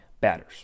batters